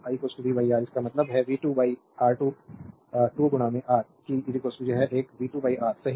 i v R इसका मतलब है v2 R2 2 R कि यह एक v2 R सही